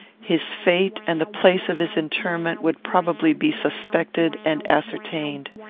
his fate and the place of his interment would probably be suspected and ascertained.